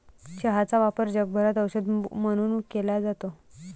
चहाचा वापर जगभरात औषध म्हणून केला जातो